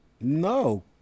No